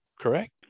Correct